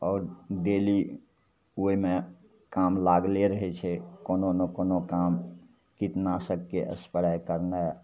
आओर डेली ओहिमे काम लागले रहै छै कोनो ने कोनो काम कीटनाशकके एस्प्रे करनाइ